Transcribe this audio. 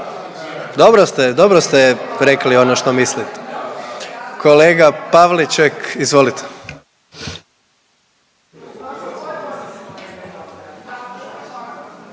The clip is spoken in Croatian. dobro ste rekli ono što mislite. Kolega Pavliček, izvolite.